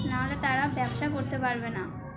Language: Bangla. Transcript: নাহলে তারা ব্যবসা করতে পারবে না